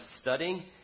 studying